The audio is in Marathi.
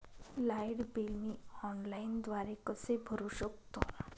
लाईट बिल मी ऑनलाईनद्वारे कसे भरु शकतो?